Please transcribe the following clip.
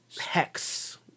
hex